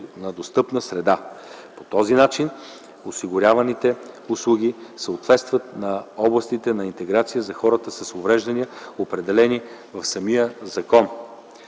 на достъпна среда. По този начин осигуряваните услуги съответстват на областите на интеграцията за хората с увреждания, определени в самия закон.